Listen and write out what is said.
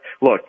look